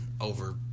over